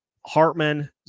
Hartman